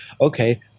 Okay